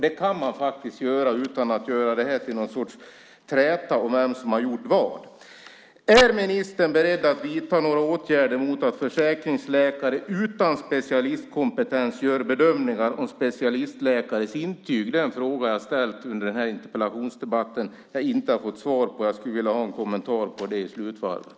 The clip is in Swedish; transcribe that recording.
Det kan man göra utan att göra det till någon sorts träta om vem som har gjort vad. Är ministern beredd att vidta några åtgärder mot att försäkringsläkare utan specialistkompetens gör bedömningar om specialistläkares intyg? Den frågan har jag ställt under interpellationsdebatten och har inte fått svar på. Jag skulle vilja ha en kommentar på det i slutanförandet.